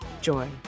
joy